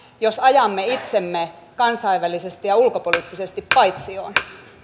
jos ajamme itsemme kansainvälisesti ja ulkopoliittisesti paitsioon